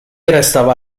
restava